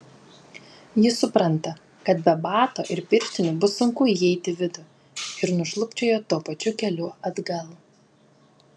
ji supranta kad be bato ir pirštinių bus sunku įeiti į vidų ir nušlubčioja tuo pačiu keliu atgal